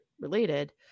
related